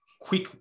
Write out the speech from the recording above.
quick